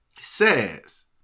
says